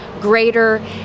greater